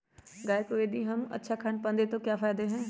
गाय को यदि हम अच्छा खानपान दें तो क्या फायदे हैं?